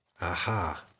aha